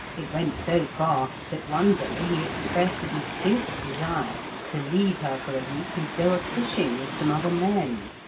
it went so far that one day he expressed a distinct desire to leave her for a week and go a-fishing with some other men.